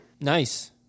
Nice